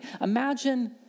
imagine